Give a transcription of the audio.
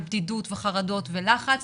על בדידות וחרדות ולחץ,